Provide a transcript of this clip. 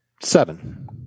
Seven